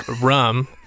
rum